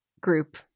group